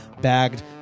bagged